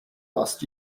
last